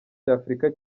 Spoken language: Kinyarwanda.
cy’afurika